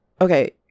okay